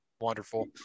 Wonderful